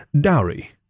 dowry